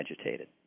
agitated